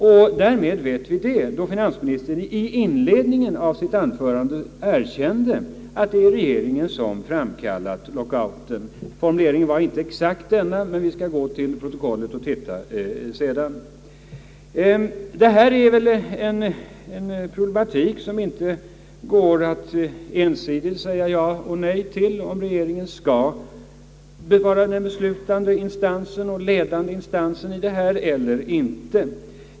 Finansministern erkände nämligen i inledningen till sitt anförande att det är regeringen som har framkallat lockouten — formuleringen kanske inte var exakt denna, men vi skall sedan gå till protokollet och kontrollera. Om regeringen här skall vara den beslutande och ledande instansen eller inte är en fråga som det inte går att ensidigt besvara med ja eller nej.